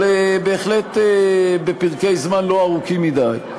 אבל בהחלט בפרקי זמן לא ארוכים מדי,